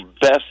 best